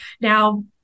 Now